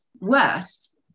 worse